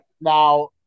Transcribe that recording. Now